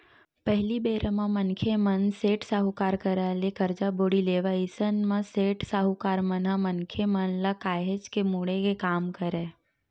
पहिली बेरा म मनखे मन सेठ, साहूकार करा ले करजा बोड़ी लेवय अइसन म सेठ, साहूकार मन ह मनखे मन ल काहेच के मुड़े के काम करय